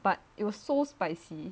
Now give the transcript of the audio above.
but it was so spicy